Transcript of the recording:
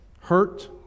Hurt